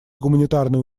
гуманитарные